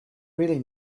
really